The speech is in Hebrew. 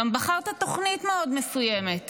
גם בחרת תוכנית מסוימת מאוד.